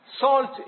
salt